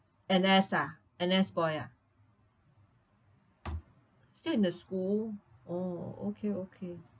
N_S ah N_S boy ah still in the school oh okay okay